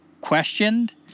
questioned